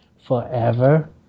Forever